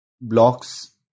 blocks